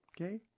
okay